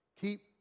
keep